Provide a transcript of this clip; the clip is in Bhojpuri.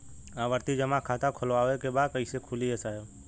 आवर्ती जमा खाता खोलवावे के बा कईसे खुली ए साहब?